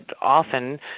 often